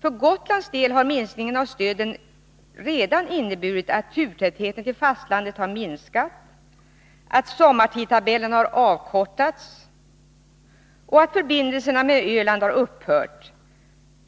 För Gotlands del har minskningen av stödet redan inneburit att turtätheten till fastlandet har minskat, att sommartidtabellen har avkortats och att förbindelserna med Öland har upphört.